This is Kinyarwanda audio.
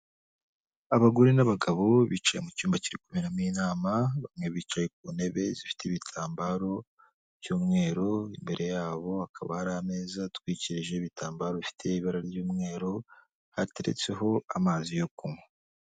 Abagore n'abagabo, bicaye mu cyumba kiri kuberamo inama, bamwe bicaye ku ntebe zifite ibitambaro by'umweru, imbere yabo hakaba hari ameza atwikirije ibitambaro bifite ibara ry'umweru, hateretseho amazi yo kunywa.